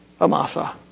Amasa